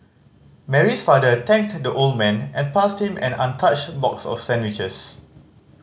Mary's father thanked the old man and passed him an untouched box of sandwiches